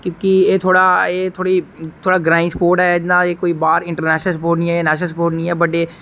कि के एह् थोह्ड़ा ग्रांई स्पोर्ट ऐ एह् कोई इंटरनेशनल जा नेशनल स्पोट नेई ऐ बडे़